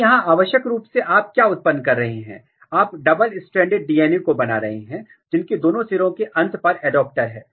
तो यहां आवश्यक रूप से आप क्या उत्पन्न कर रहे हैं आप डबल स्ट्रैंडेड डीएनए को बना रहे हैं जिनके दोनों सिरों के अंत पर एडाप्टर हैं